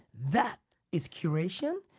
that is curation,